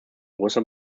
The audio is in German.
großer